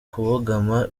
kubogama